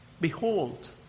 behold